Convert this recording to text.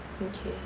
okay